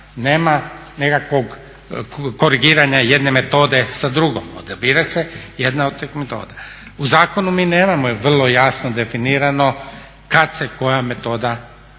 nema nekakvog korigiranja jedne metode sa drugom, odabira se jedna od tih metoda. U zakonu mi nemamo i vrlo jasno definirano kad se koja metoda